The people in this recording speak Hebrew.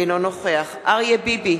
אינו נוכח אריה ביבי,